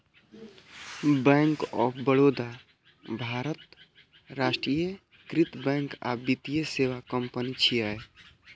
bank of Baroda भारतक राष्ट्रीयकृत bank आ वित्तीय सेवा कंपनी छियै